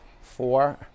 four